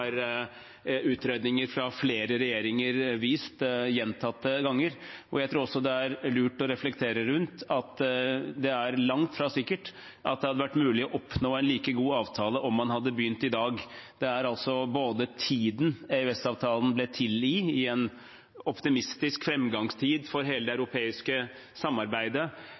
har utredninger fra flere regjeringer vist gjentatte ganger. Jeg tror også det er lurt å reflektere rundt at det langt fra er sikkert at det hadde vært mulig å oppnå en like god avtale om man hadde begynt i dag. Tiden EØS-avtalen ble til i, var en optimistisk framgangstid for hele det europeiske samarbeidet,